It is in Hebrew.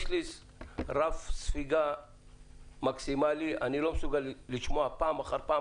יש לי רף ספיגה מקסימלי ואני לא מסוגל לשמוע פעם אחר פעם,